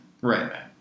Right